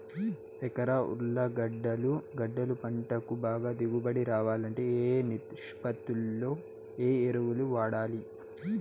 ఎకరా ఉర్లగడ్డలు గడ్డలు పంటకు బాగా దిగుబడి రావాలంటే ఏ ఏ నిష్పత్తిలో ఏ ఎరువులు వాడాలి?